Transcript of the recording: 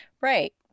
Right